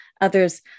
others